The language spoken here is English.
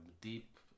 deep